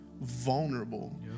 vulnerable